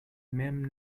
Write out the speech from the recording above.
mem